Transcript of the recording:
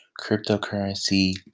cryptocurrency